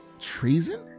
treason